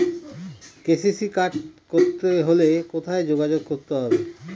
KCC card করতে হলে কোথায় যোগাযোগ করতে হবে?